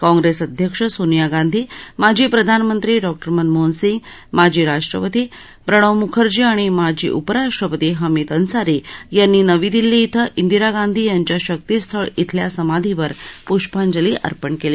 काँग्रेस अध्यक्ष सोनिया गांधी माजी प्रधानमंत्री डॉक् र मनमोहन सिंग माजी राष्ट्रपती प्रणव मुखर्जी आणि माजी उपराष्ट्रपती हमीद अन्सारी यांनी नवी दिल्ली इथं इंदिरा गांधी यांच्या शक्तीस्थळ इथल्या समाधीवर पुष्पांजली अर्पण केली